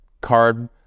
card